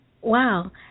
Wow